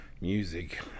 music